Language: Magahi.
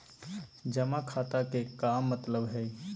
जमा खाता के का मतलब हई?